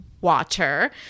Water